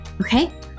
Okay